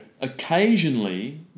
Occasionally